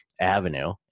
avenue